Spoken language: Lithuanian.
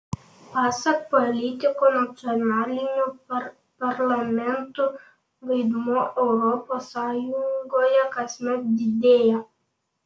pasak politikų nacionalinių parlamentų vaidmuo europos sąjungoje kasmet didėja